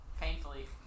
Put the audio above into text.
Painfully